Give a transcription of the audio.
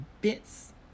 bits